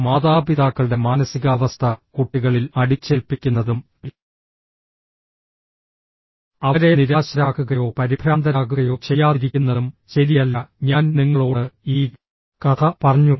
മാതാപിതാക്കളുടെ മാനസികാവസ്ഥ കുട്ടികളിൽ അടിച്ചേൽപ്പിക്കുന്നതും അവരെ നിരാശരാക്കുകയോ പരിഭ്രാന്തരാകുകയോ ചെയ്യാതിരിക്കുന്നതും ശരിയല്ല ഞാൻ നിങ്ങളോട് ഈ കഥ പറഞ്ഞു